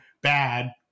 bad